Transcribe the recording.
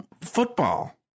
football